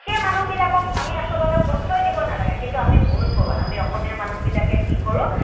সেই মানুহবিলাকক আমি আচলতে প্ৰশয় দিব নালাগে কিন্তু আমি ভুল কৰোঁ আমি অসমীয়া মানুহবিলাকে কি কৰোঁ